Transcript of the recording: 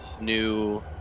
new